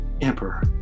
Emperor